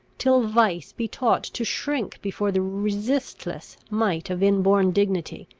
till vice be taught to shrink before the resistless might of inborn dignity,